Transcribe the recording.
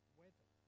weather